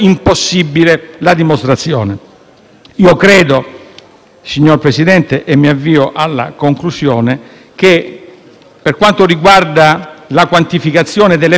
Signor Presidente, mi avvio alla conclusione. Credo che, per quanto riguarda la quantificazione delle pene, sia una responsabilità